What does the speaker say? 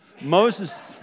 Moses